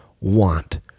want